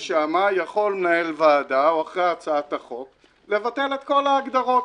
יש שמה: יכול מנהל ועדה לבטל את כל ההגדרות.